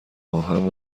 آهن